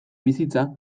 bizitza